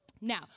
Now